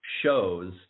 shows